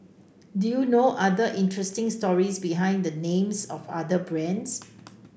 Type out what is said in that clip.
do you know other interesting stories behind the names of other brands